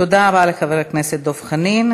תודה רבה לחבר הכנסת דב חנין.